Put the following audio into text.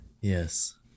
Yes